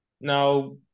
Now